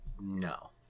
No